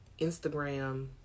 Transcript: Instagram